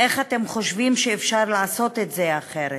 איך אתם חושבים שאפשר לעשות את זה אחרת?